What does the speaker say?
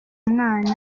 umwana